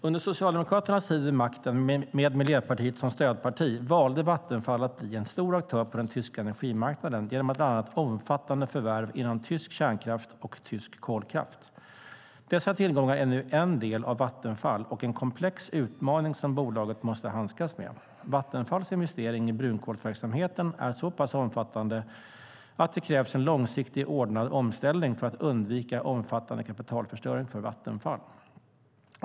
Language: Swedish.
Under Socialdemokraternas tid vid makten, med Miljöpartiet som stödparti, valde Vattenfall att bli en stor aktör på den tyska energimarknaden genom bland annat omfattande förvärv inom tysk kärnkraft och tysk kolkraft. Dessa tillgångar är nu en del av Vattenfall och en komplex utmaning som bolaget måste handskas med. Vattenfalls investering i brunkolsverksamheten är så pass omfattande att det krävs en långsiktig ordnad omställning för att undvika omfattande kapitalförstöring för Vattenfall.